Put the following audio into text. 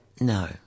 No